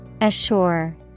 Assure